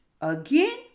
Again